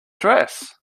dress